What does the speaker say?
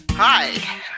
Hi